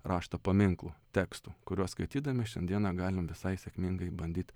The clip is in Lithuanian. rašto paminklų tekstų kuriuos skaitydami šiandieną galim visai sėkmingai bandyt